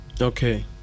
Okay